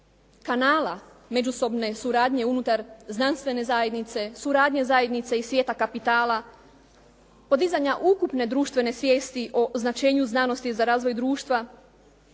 kanala međusobne suradnje unutar znanstvene zajednice, suradnja zajednica i svijeta kapitala, podizanja ukupne društvene svijesti o značenju znanosti za razvoj društva,